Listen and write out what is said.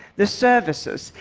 the services,